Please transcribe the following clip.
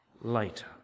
later